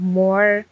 more